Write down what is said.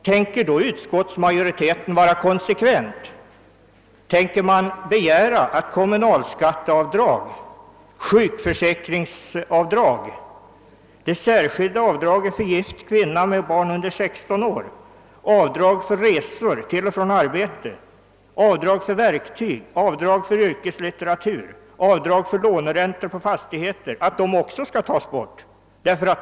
Tänker då utskottsmajoriteten vara konsekvent och begära att kommunalskatteavdraget, sjukförsäkringsavdraget, det särskilda avdraget för gift kvinna med barn under 16 år, avdraget för resor till och från arbetet, för verktyg, yrkeslitteratur och låneräntor på fastigheter också skall tas bort?